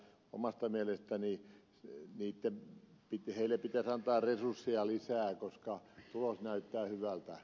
omasta mielestäni heille pitäisi antaa resursseja lisää koska tulos näyttää hyvältä